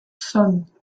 son